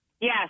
yes